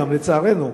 לצערנו,